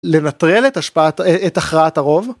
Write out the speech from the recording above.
לנטרל את השפעת, את הכרעת הרוב.